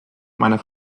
meiner